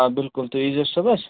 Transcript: آ بِلکُل تُہۍ یی زیٚو صُبحس